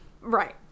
right